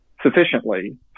sufficiently